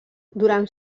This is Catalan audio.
durant